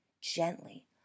gently